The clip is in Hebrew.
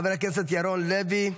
חבר הכנסת ירון לוי,